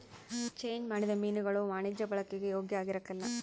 change ಮಾಡಿದ ಮೀನುಗುಳು ವಾಣಿಜ್ಯ ಬಳಿಕೆಗೆ ಯೋಗ್ಯ ಆಗಿರಕಲ್ಲ